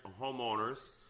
homeowners